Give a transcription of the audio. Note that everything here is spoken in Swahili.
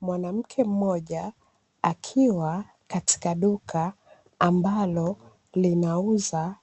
Mwanamke mmoja akiwa katika duka, ambalo linauza